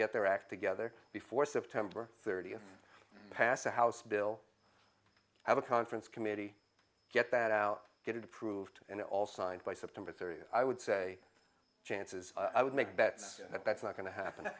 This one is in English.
get their act together before september thirtieth passed the house bill have a conference committee get that out get it approved and all signed by september thirtieth i would say chances i would make bets that that's not going to happen